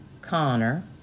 Connor